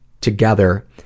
together